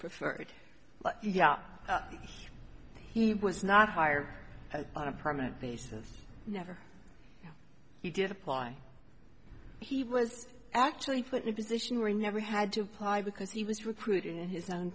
preferred but yeah he was not hired on a permanent basis never he did apply he was actually put my position where he never had to apply because he was recruited in his own